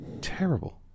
terrible